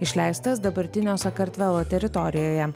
išleistas dabartinio sakartvelo teritorijoje